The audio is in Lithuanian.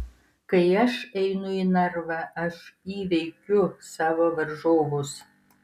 kai aš einu į narvą aš įveikiu savo varžovus